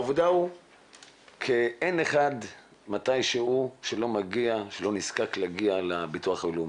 העובדה היא שאין אחד מתי שהוא שלא נזקק להגיע לביטוח הלאומי,